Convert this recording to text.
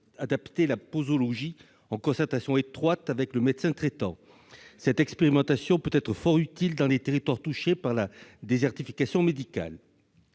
adapter la posologie, en concertation étroite avec le médecin traitant. Cette expérimentation peut être fort utile dans les territoires touchés par la désertification médicale.